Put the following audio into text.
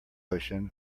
ocean